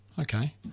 okay